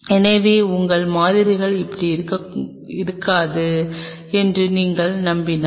எனவே உங்கள் மாதிரிகள் இப்படி இருக்காது என்று நீங்கள் நம்பினால்